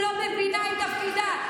שלא מבינה את תפקידה,